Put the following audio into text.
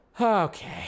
Okay